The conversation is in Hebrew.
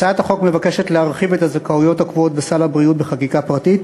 הצעת החוק מבקשת להרחיב את הזכאויות הקבועות בסל הבריאות בחקיקה פרטית